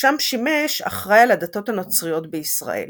שם שימש אחראי על הדתות הנוצריות בישראל.